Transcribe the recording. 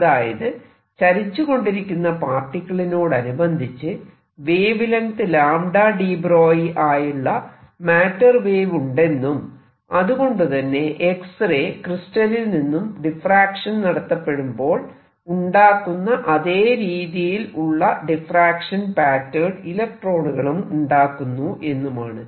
അതായത് ചലിച്ചുകൊണ്ടിരിക്കുന്ന പാർട്ടിക്കിളിനോടനുബന്ധിച്ച് വേവ് ലെങ്ത് deBroglie ആയുള്ള മാറ്റർ വേവ് ഉണ്ടെന്നും അതുകൊണ്ടുതന്നെ എക്സ്റേ ക്രിസ്റ്റലിൽ നിന്നും ഡിഫ്റാക്ഷൻ നടത്തപ്പെടുമ്പോൾ ഉണ്ടാക്കുന്ന അതെ രീതിയിൽ ഉള്ള ഡിഫ്റാക്ഷൻ പാറ്റേൺ ഇലക്ട്രോണുകളും ഉണ്ടാക്കുന്നു എന്നുമാണ്